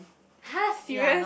!huh! serious